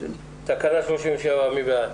מי בעד